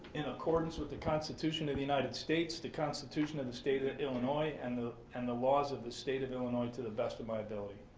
in accordance with the constitution of the united states, the constitution of the state of illinois, and the and the laws of the state of illinois to the best of my ability.